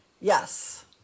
Yes